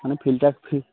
মানে ফিল্টাৰ ফি